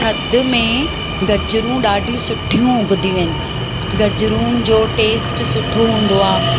थधि में गजरूं ॾाढी सुठियूं उगंदियूं आहिनि गजरुनि जो टेस्ट सुठो हूंदो आहे